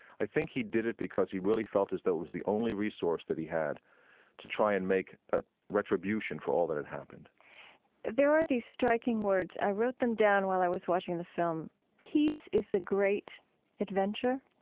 i think he did it because he really felt as though it was the only resource that he had to try and make ah retribution for all that had happened there are these striking words. i wrote them down while i was watching the film peace is the great adventure.